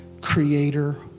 creator